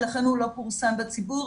לכן הוא לא פורסם בציבור,